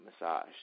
massage